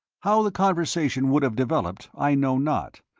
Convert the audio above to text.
how the conversation would have developed i know not,